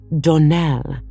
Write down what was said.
Donnell